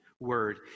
Word